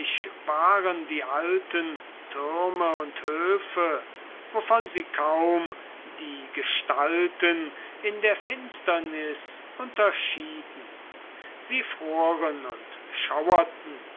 waren die alten türme und höfe wovon sie kaum die gestalten in der finsternis unterschieden sie froren und schauerten